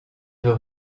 peu